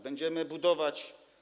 Będziemy budować.